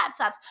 laptops